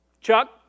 Chuck